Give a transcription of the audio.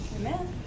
Amen